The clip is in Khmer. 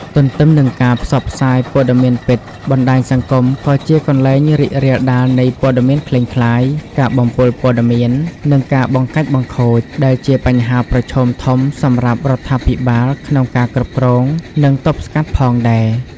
ទន្ទឹមនឹងការផ្សព្វផ្សាយព័ត៌មានពិត បណ្ដាញសង្គមក៏ជាកន្លែងរីករាលដាលនៃព័ត៌មានក្លែងក្លាយ ការបំពុលព័ត៌មាន និងការបង្កាច់បង្ខូច ដែលជាបញ្ហាប្រឈមធំសម្រាប់រដ្ឋាភិបាលក្នុងការគ្រប់គ្រង និងទប់ស្កាត់ផងដែរ។